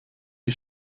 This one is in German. sie